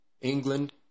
England